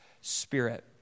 spirit